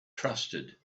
trusted